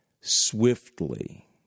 swiftly